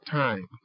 time